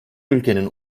ülkenin